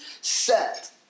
set